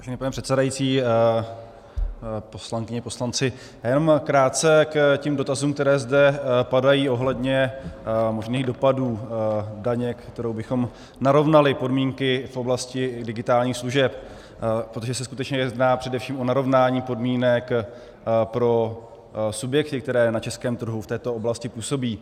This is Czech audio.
Vážený pane předsedající, poslankyně, poslanci, jenom krátce k dotazům, které zde padají ohledně možných dopadů daně, kterou bychom narovnali podmínky v oblasti digitálních služeb, protože se skutečně jedná především o narovnání podmínek pro subjekty, které na českém trhu v této oblasti působí.